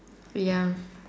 ya